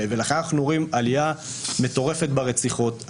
לכן אנחנו רואים עלייה מטורפת ברציחות,